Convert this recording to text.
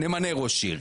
נמנה ראש עיר.